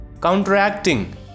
counteracting